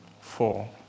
four